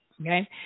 okay